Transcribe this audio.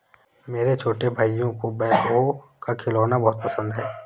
मेरे छोटे भाइयों को बैकहो का खिलौना बहुत पसंद है